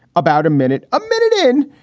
about a minute, a minute in,